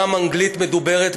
גם אנגלית מדוברת,